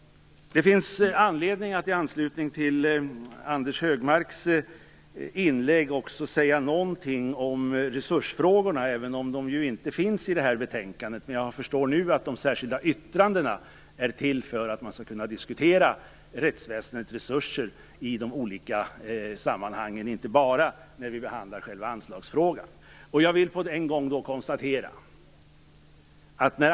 Det finns anledning att i anslutning till Anders Högmarks inlägg också säga någonting om resursfrågorna, även om de inte finns i betänkandet. Jag förstår dock nu att de särskilda yttrandena är till för att man skall kunna diskutera rättsväsendets resurser i de olika sammanhangen och inte bara när vi behandlar själva anslagsfrågan.